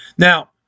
Now